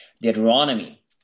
Deuteronomy